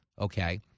Okay